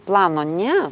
plano ne